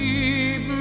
Keep